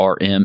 rm